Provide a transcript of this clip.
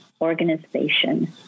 organization